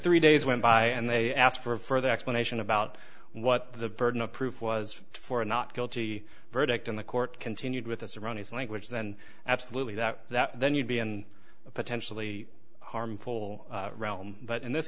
three days went by and they asked for a further explanation about what the burden of proof was for a not guilty verdict in the court continued with us around his language then absolutely that that then you'd be in a potentially harmful realm but in this